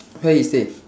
where he stay